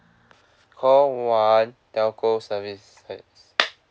call one telco services